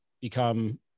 become